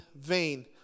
vain